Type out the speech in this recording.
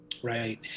Right